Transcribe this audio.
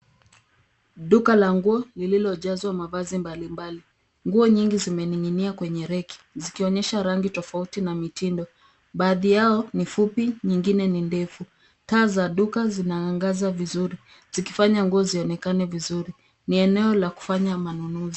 Duka la nguo lililojazwa mavazi mbalimbali. Nguo nyingi zimeninginia kwenye reki zikionyesha rangi tofauti na mitindo. Baadhi yao ni fupi nyingine ni ndefu. Taa za duka zinaangaza vizuri zikifanya duka zionekane vizuri. Ni eneo la kufanya manunuzi.